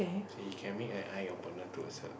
so he can make an eye opener towards her